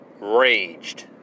Raged